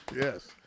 Yes